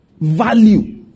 value